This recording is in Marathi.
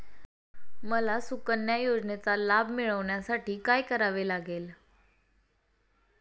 मला सुकन्या योजनेचा लाभ मिळवण्यासाठी काय करावे लागेल?